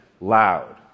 loud